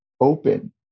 open